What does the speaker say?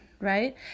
right